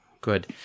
Good